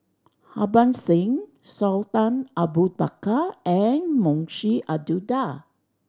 Harbans Singh Sultan Abu Bakar and Munshi Abdullah